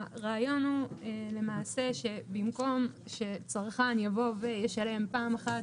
הרעיון הוא למעשה שבמקום שצרכן יבוא וישלם פעם אחת